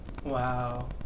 Wow